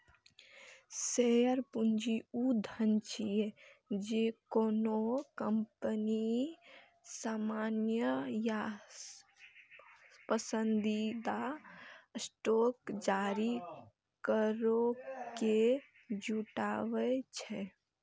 share पूंजी ऊ धन छियै, जे कोनो कंपनी सामान्य या पसंदीदा स्टॉक जारी करैके जुटबै छै